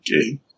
Okay